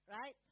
Right